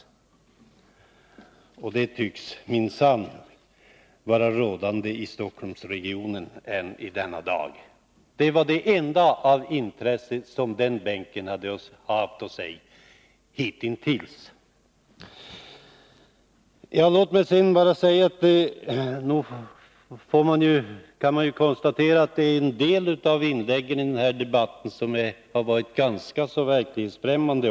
Detta tycks vara rådande i Stockholmsregionen än i dag. Det var det enda av intresse som man från den bänken haft att säga hitintills. Vi kan konstatera att en del av inläggen i den här debatten har varit ganska verklighetsfrämmade.